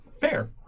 Fair